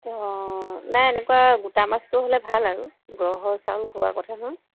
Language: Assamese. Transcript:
অঁ নাই এনেকোৱা গোটা মাছটো হ'লে ভাল আৰু গ্ৰহচাউল খোৱা কথা নহয়